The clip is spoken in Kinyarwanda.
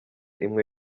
imwe